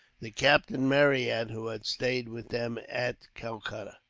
the captain marryat who had stayed with them at calcutta.